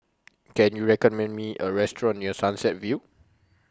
Can YOU recommend Me A Restaurant near Sunset View